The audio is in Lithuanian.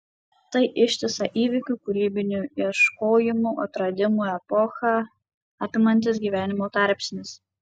tai ištisą įvykių kūrybinių ieškojimų atradimų epochą apimantis gyvenimo tarpsnis